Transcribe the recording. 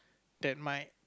that might